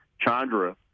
chandra